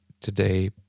today